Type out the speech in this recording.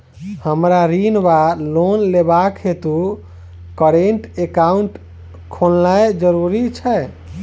हमरा ऋण वा लोन लेबाक हेतु करेन्ट एकाउंट खोलेनैय जरूरी छै?